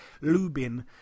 Lubin